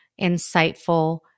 insightful